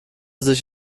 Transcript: sich